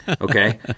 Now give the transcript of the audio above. okay